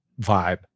vibe